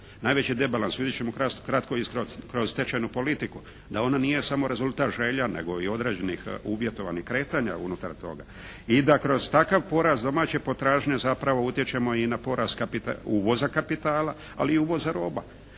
Najveći rebalans, vidjeti ćemo kratko i kroz tečajnu politiku, da ona nije samo rezultat želja nego i određenih uvjetovanih kretanja unutar toga i da kroz takav porast domaće potražnje zapravo utječemo i na porast kapitala, uvoza kapitala, ali i uvoza roba.